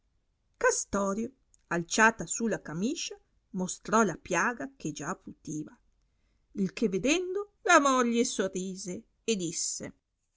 castorio alciata su la camiscia mostrò la piaga che già putiva il che vedendo la moglie sorrise e disse